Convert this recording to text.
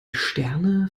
sterne